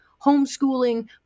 homeschooling